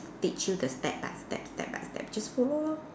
teach you the step by step step by step just follow lor